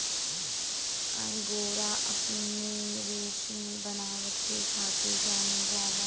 angora अपने रेसमी बनावट के खातिर जानल जाला